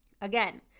again